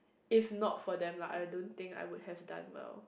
if not for them like I don't think I would have done well